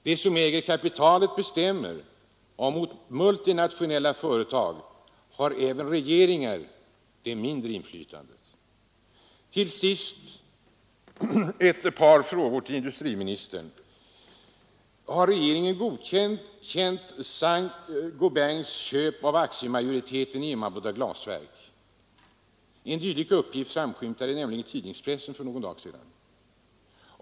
De som äger kapitalet bestämmer, och mot multinationella företag har även regeringar det mindre inflytandet. Till sist ett par frågor till industriministern. Har regeringen godkänt Saint-Gobains köp av aktiemajoriteten i Emmaboda glasverk? En dylik uppgift framskymtade nämligen i tidningspressen för någon dag sedan.